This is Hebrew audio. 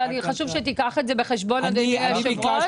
אבל חשוב שתיקח את זה בחשבון אדוני יושב הראש.